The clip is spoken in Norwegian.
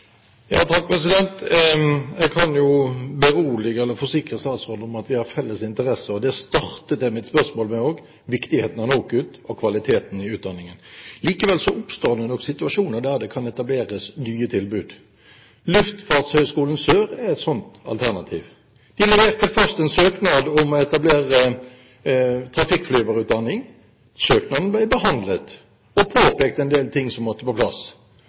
Jeg kan forsikre statsråden om at vi har felles interesser. Det startet jeg mitt spørsmål med også: om viktigheten av NOKUT og kvaliteten i utdanningen. Likevel oppstår det situasjoner der det kan etableres nye tilbud. Luftfartshøyskolen Sør er et sånt mulig alternativ. De leverte først en søknad om å etablere trafikkflyverutdanning. Søknaden ble behandlet, og det ble påpekt en del ting som måtte på plass.